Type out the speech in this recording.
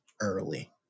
early